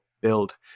build